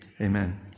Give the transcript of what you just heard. amen